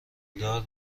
دار